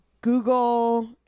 Google